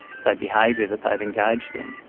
say, behaviour that they've engaged in.